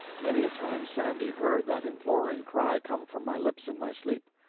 many a time sandy heard that imploring cry come from my lips in my sleep.